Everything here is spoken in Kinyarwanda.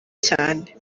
cyane